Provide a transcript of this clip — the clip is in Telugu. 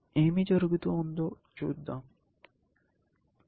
ఏమి జరిగిందో చూద్దాం